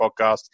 podcast